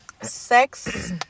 sex